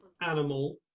animal